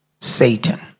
Satan